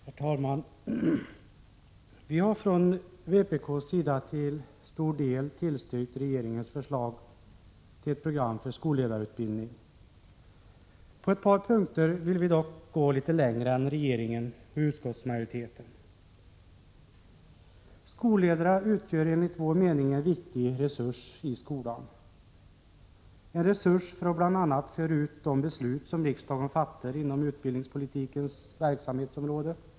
Herr talman! Vi har från vpk:s sida till stor del tillstyrkt regeringens förslag till ett program för skolledarutbildning. På ett par punkter vill vi dock gå längre än regeringen och utskottsmajoriteten. Skolledarna utgör enligt vår mening en viktig resurs i skolan, bl.a. för att föra ut de beslut som riksdagen fattar inom utbildningspolitikens verksamhetsområde.